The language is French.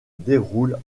déroulent